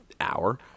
hour